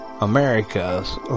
America's